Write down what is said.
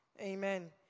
Amen